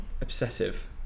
obsessive